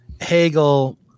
Hegel